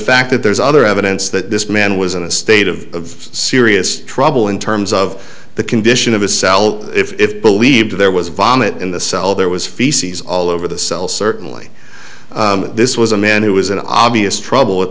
fact that there's other evidence that this man was in a state of serious trouble in terms of the condition of his cell if believed there was vomit in the cell there was feces all over the cell certainly this was a man who was an obvious trouble with